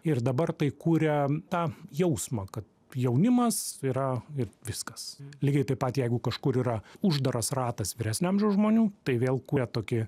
ir dabar tai kuria tą jausmą kad jaunimas yra ir viskas lygiai taip pat jeigu kažkur yra uždaras ratas vyresnio amžiaus žmonių tai vėl kuria tokį